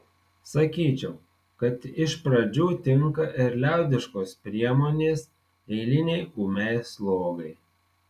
sakyčiau kad iš pradžių tinka ir liaudiškos priemonės eilinei ūmiai slogai